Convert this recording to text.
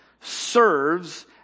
serves